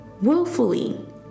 willfully